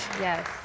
Yes